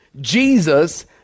Jesus